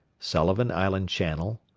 sullivan island channel,